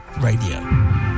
Radio